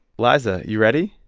liza, you ready?